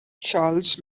charles